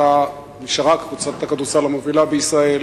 שנשארה קבוצת הכדורסל המובילה בישראל,